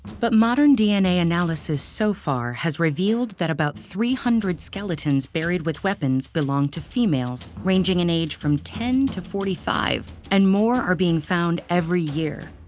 but modern dna analysis so far has revealed that about three hundred skeletons buried with weapons belong to females ranging in age from ten to forty five, and more are being found every year.